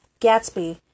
Gatsby